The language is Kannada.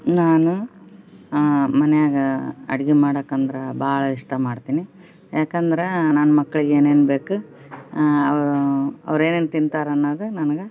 ನಾನು ಮನೆಯಾಗ ಅಡ್ಗೆ ಮಾಡಕ್ಕಂದ್ರೆ ಭಾಳ ಇಷ್ಟ ಮಾಡ್ತೀನಿ ಯಾಕಂದ್ರೆ ನನ್ನ ಮಕ್ಳಿಗೆ ಏನೇನು ಬೇಕು ಅವು ಅವ್ರು ಏನೇನು ತಿಂತಾರೆ ಅನ್ನೋದ ನನ್ಗೆ